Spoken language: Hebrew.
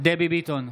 דבי ביטון,